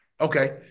Okay